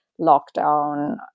lockdown